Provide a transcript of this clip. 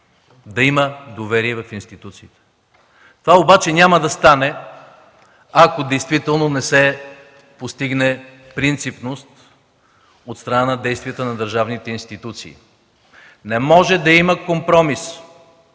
да има доверие в институциите. Това обаче няма да стане, ако действително не се постигне принципност от страна на действията на държавните институции. Не може да има компромиси